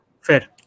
Fair